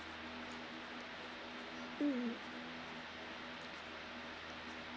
mm